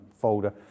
folder